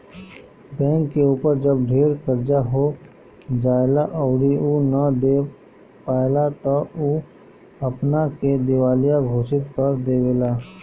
bank के ऊपर जब ढेर कर्जा हो जाएला अउरी उ ना दे पाएला त उ अपना के दिवालिया घोषित कर देवेला